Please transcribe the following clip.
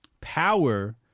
Power